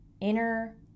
inner